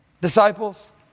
disciples